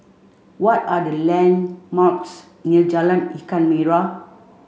what are the landmarks near Jalan Ikan Merah